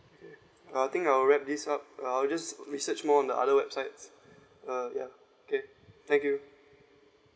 I think I'll wrap this up I'll just research more on the other websites uh ya okay thank you